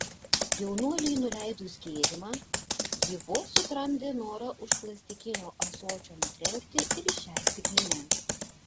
jaunuoliui nuleidus gėrimą ji vos sutramdė norą už plastikinio ąsočio nutrenkti ir šią stiklinę